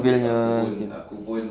anchorvale nya